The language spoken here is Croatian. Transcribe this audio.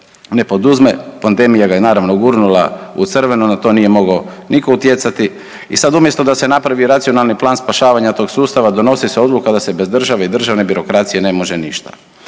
ne poduzme, pandemija ga je naravno, gurnula u crveno, na to nije mogao nitko utjecati i sad umjesto da se napravi racionalni plan spašavanja tog sustava, donosi se odluka da se bez države i državne birokracije ne može ništa.